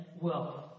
wealth